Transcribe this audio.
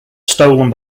stolen